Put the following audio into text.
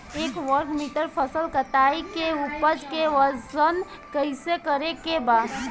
एक वर्ग मीटर फसल कटाई के उपज के वजन कैसे करे के बा?